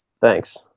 Thanks